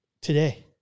today